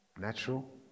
Natural